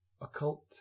occult